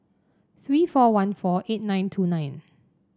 three four one four eight nine two nine